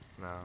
No